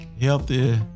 healthy